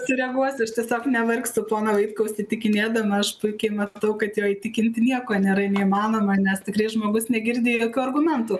sureaguosiu aš tiesiog nevargsiu pono vaitkaus įtikinėdama aš puikiai matau kad jo įtikinti nieko nėra neįmanoma nes tikrai žmogus negirdi argumentų